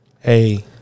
hey